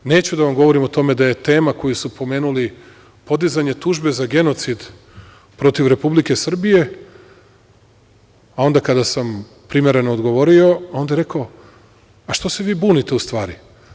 Neću da vam govorim o tome da je tema koju su pomenuli, podizanje tužbe za genocid protiv Republike Srbije, a onda kada sam primereno odgovorio, a onda je rekao – a što se vi bunite, u stvari.